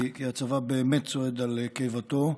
כי הצבא באמת צועד על קיבתו,